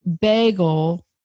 bagel